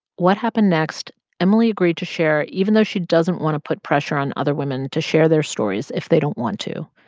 what happened next emily agreed to share, even though she doesn't want to put pressure on other women to share their stories if they don't want to.